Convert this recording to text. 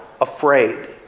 afraid